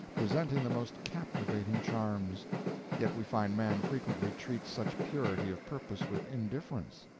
presenting the most captivating charms yet we find man frequently treats such purity of purpose with indifference.